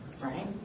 Right